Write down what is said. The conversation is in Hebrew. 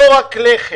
לא רק לחם.